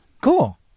Cool